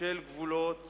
גבולות